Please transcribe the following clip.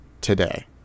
today